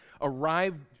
arrived